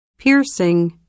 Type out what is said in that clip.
piercing 、